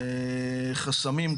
חסמים,